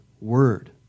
word